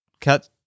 cut